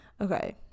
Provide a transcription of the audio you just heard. okay